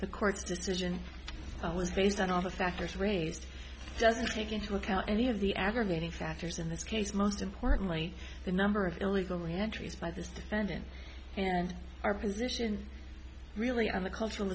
the court's decision was based on all the factors raised doesn't take into account any of the aggravating factors in this case most importantly the number of illegal entries by this defendant here and our position really on the cultural